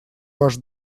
ваш